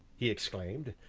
he exclaimed,